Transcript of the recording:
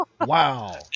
Wow